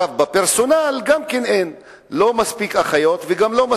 בפרסונל גם כן אין מספיק אחיות וגם אין